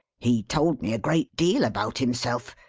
he told me a great deal about himself,